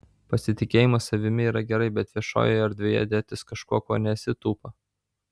pasitikėjimas savimi yra gerai bet viešojoje erdvėje dėtis kažkuo kuo nesi tūpa